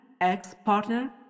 ex-partner